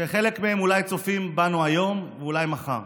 שחלק מהם אולי צופים בנו היום ואולי מחר: